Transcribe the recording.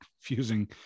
fusing